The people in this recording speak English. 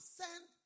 send